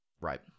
Right